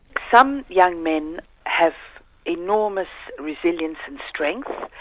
some young men have enormous resilience and strength,